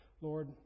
Lord